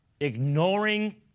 ignoring